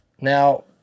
Now